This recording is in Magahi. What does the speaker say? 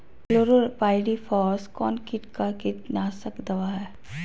क्लोरोपाइरीफास कौन किट का कीटनाशक दवा है?